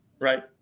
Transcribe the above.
Right